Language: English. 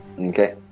Okay